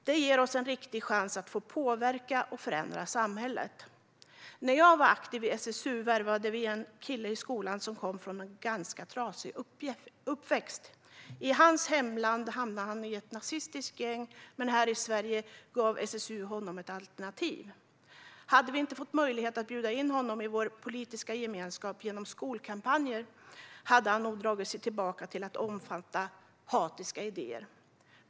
Det ger oss en riktig chans att påverka och förändra samhället. När jag var aktiv i SSU värvade vi en kille i skolan som kom från en ganska trasig bakgrund. I sitt hemland hamnade han i ett nazistiskt gäng, men här i Sverige gav SSU honom ett alternativ. Hade vi inte fått möjligheten att bjuda in honom i vår politiska gemenskap genom skolkampanjer hade han nog dragit sig tillbaka till att omfatta hatiska idéer.